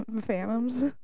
Phantoms